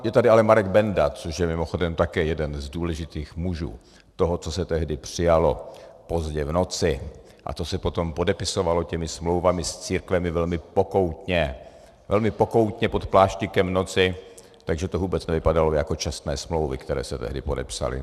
Je tady ale Marek Benda, což je mimochodem také jeden z důležitých mužů toho, co se tehdy přijalo pozdě v noci a co se potom podepisovalo těmi smlouvami s církvemi velmi pokoutně pod pláštíkem noci, takže to vůbec nevypadalo jako čestné smlouvy, které se tehdy podepsaly.